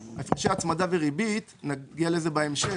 ""הפרשי הצמדה וריבית" כהגדרתם בסעיף 159א(א) לפקודה," נגיע לזה בהמשך.